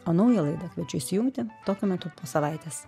o naują laidą kviečiu įsijungti tokiu metu po savaitės